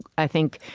i think,